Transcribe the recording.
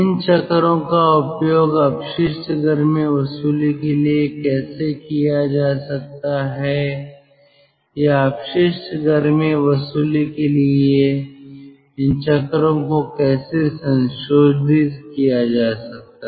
इन चक्रों का उपयोग अपशिष्ट गर्मी वसूली के लिए कैसे किया जा सकता है या अपशिष्ट गर्मी वसूली के लिए इन चक्रों को कैसे संशोधित किया जा सकता है